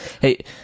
Hey